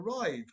arrived